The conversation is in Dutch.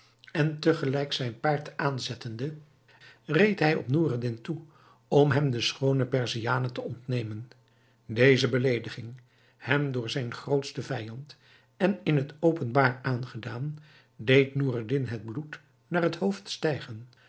en te gelijk zijn paard aanzettende reed hij op noureddin toe om hem de schoone perziane te ontnemen deze beleediging hem door zijn grootsten vijand en in het openbaar aangedaan deed noureddin het bloed naar het hoofd stijgen